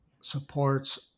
supports